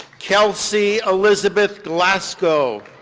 kelsey elizabeth glasgow.